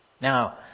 Now